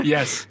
Yes